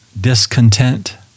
discontent